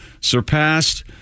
surpassed